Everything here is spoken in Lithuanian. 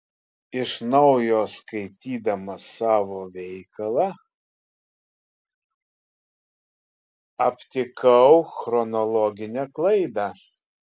iš naujo skaitydamas savo veikalą aptikau chronologinę klaidą